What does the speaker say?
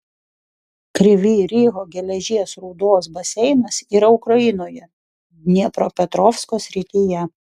kryvyj riho geležies rūdos baseinas yra ukrainoje dniepropetrovsko srityje